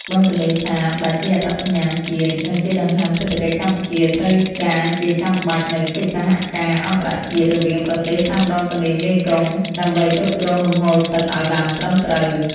បឹងទន្លេសាបដែលជាអត្តសញ្ញាណជាតិ និងជាដង្ហើមសេដ្ឋកិច្ចកម្ពុជា ត្រូវការជាចាំបាច់នូវកិច្ចសហការអន្តរជាតិរវាងប្រទេសតាមដងទន្លេមេគង្គ ដើម្បីគ្រប់គ្រងលំហូរទឹកឱ្យបានត្រឹមត្រូវ។